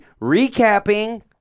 recapping